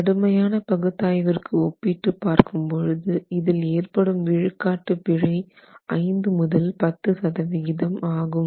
கடுமையான பகுத்தாய்விற்கு ஒப்பிட்டு பார்க்கும்பொழுது இதில் ஏற்படும் விழுக்காட்டு பிழை 5 முதல் 10 சதவிகிதம் ஆகும்